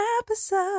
episode